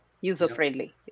User-friendly